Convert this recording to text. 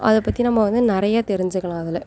அதைப்பத்தி நம்ம வந்து நிறைய தெரிஞ்சிக்கலாம் அதில்